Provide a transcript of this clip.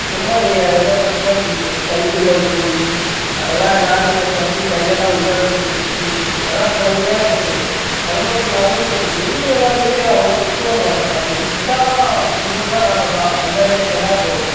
சும்மா நீங்கள் இதை பத்திலாம் பிடிக்க முடியாது கைக்குள்ளே போய் அதெல்லாம் நானும் என் தம்பியும் கையெல்லாம் உள்ளே விட்டு பிடித்து அதெல்லாம் செம்மையாக இருந்துது அது மட்டும் இல்லாமல் மீன் எல்லாம் வெளியே அவ்ளோவாக விற்கவும் மாட்டேன் அப்படி வித்தால் தான் முந்நூறுபா நானூறுபா அந்த ரேட்டில் தான் போகும்